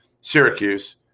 Syracuse